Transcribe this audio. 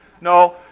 No